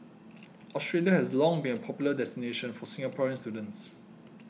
Australia has long been a popular destination for Singaporean students